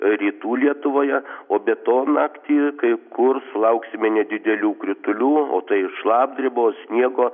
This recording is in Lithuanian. rytų lietuvoje o be to naktį kai kur sulauksime nedidelių kritulių o tai šlapdribos sniego